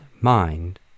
mind